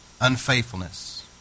unfaithfulness